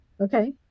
Okay